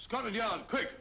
scotland yard quick